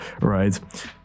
right